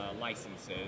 licenses